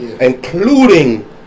Including